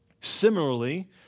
Similarly